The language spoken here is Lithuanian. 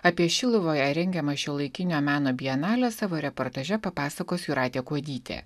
apie šiluvoje rengiamą šiuolaikinio meno bienalę savo reportaže papasakos jūratė kuodytė